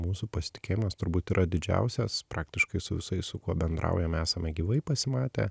mūsų pasitikėjimas turbūt yra didžiausias praktiškai su visais su kuo bendraujam esame gyvai pasimatę